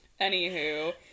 Anywho